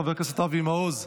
חבר הכנסת אבי מעוז,